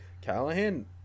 Callahan